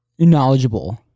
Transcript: knowledgeable